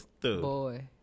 boy